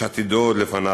שעתידו עוד לפניו,